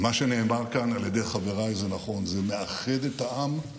מה שנאמר כאן על ידי חבריי זה נכון: זה מאחד את העם,